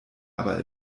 aber